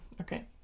Okay